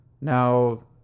Now